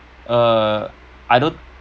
uh I don't